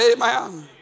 Amen